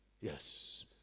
Yes